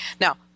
Now